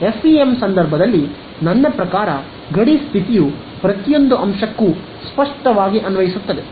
FEM ಸಂದರ್ಭದಲ್ಲಿ ನನ್ನ ಪ್ರಕಾರ ಗಡಿ ಸ್ಥಿತಿಯು ಪ್ರತಿಯೊಂದು ಅಂಶಕ್ಕೂ ಸ್ಪಷ್ಟವಾಗಿ ಅನ್ವಯಿಸುತ್ತದೆ